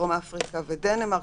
דרום אפריקה ודנמרק,